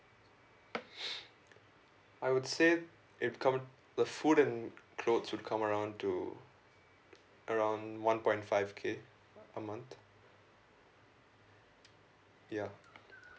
I would say it come the food and clothes would come around to around one point five K a month ya